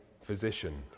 physician